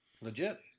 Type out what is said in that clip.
Legit